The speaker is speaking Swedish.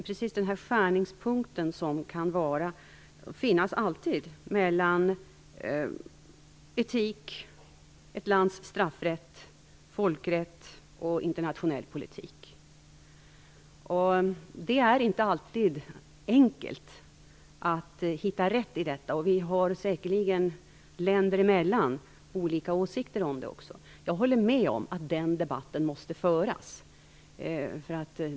När det gäller den skärningspunkt som alltid finns mellan etik, ett lands straffrätt, folkrätt och internationell politik är det inte alltid enkelt att hitta rätt. Vi har säkerligen, länder emellan, olika åsikter där. Jag håller med om att den debatten måste föras.